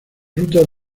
rutas